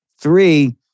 Three